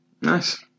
nice